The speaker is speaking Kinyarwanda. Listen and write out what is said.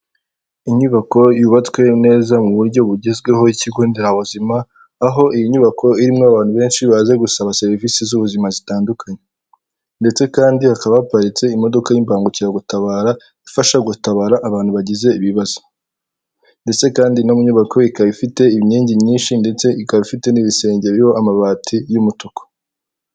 Inyubako yubatswe neza mu buryo bugezweho y'Ikigo Nderabuzima, aho iyi nyubako irimo abantu benshi baje gusaba serivisi z'ubuzima zitandukanye. Ndetse kandi hakaba haparitse imodoka y'Imbangukiragutabara, ifasha gutabara abantu bagize ibibazo. Ndetse kandi ino nyubako ikaba ifite imyenge myinshi ndetse ikaba ifite n'ibisenge biriho amabati y'umutuku.